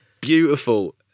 beautiful